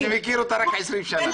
נו בבקשה, אני מכיר אותה רק 20 שנה.